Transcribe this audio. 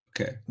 Okay